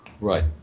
Right